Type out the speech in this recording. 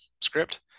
script